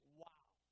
wow